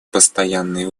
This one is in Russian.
постоянные